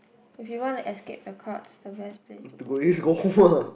if you want to escape the crowds the best place to go is